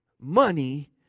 Money